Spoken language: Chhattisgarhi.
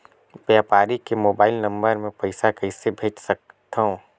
व्यापारी के मोबाइल नंबर मे पईसा कइसे भेज सकथव?